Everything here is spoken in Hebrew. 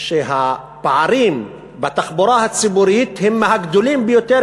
שהפערים בתחבורה הציבורית הם מהגדולים ביותר,